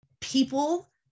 people